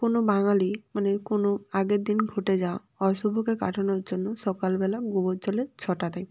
কোনো বাঙালি মানে কোনো আগের দিন ঘটে যাওয়া অশুভকে কাটানোর জন্য সকালবেলা গোবর জলের ছটা দেয়